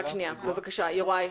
בבקשה, יוראי.